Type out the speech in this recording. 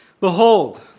Behold